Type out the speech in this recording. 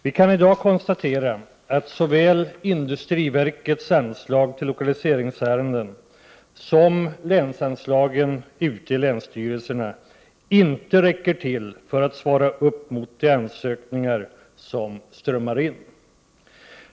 Vi kan i dag konstatera att såväl industriverkets anslag till lokaliseringsärenden som länsanslagen ute hos länsstyrelserna inte räcker till för att svara upp mot de ansökningar som strömmar in.